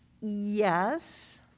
Yes